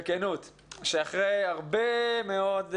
בכנות, שאחרי הרבה מאוד זמן,